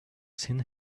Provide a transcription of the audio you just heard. seen